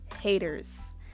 haters